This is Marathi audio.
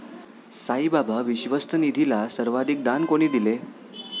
साईबाबा विश्वस्त निधीला सर्वाधिक दान कोणी दिले?